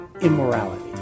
immorality